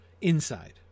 inside